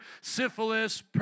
syphilis